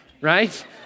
right